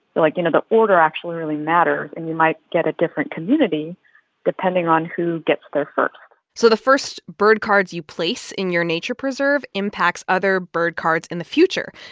like, you know, the order actually really matters, and you might get a different community depending on who gets there first so the first bird cards you place in your nature preserve impacts other bird cards in the future.